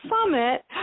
summit